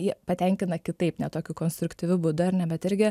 ji patenkina kitaip ne tokiu konstruktyviu būdu bet irgi